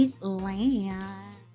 land